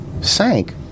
sank